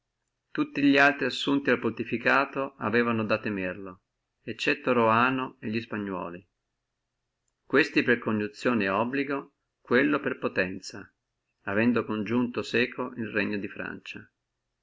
tutti li altri divenuti papi aveano a temerlo eccetto roano e li spagnuoli questi per coniunzione et obligo quello per potenzia avendo coniunto seco el regno di francia